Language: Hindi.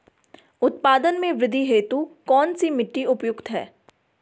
उत्पादन में वृद्धि हेतु कौन सी मिट्टी उपयुक्त है?